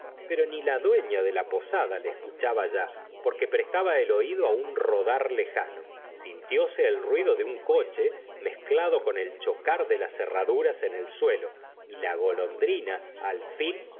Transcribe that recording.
señora de bovary fla de la posada le escuchaba ya porque prestaba el oído un rodar lejano sintiese el ruido de un coche mezclado con el chocar de las herraduras en el suelo y la golondrina al fin